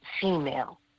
female